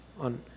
on